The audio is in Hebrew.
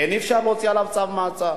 כן אפשר להוציא לו צו מעצר?